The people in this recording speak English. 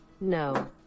No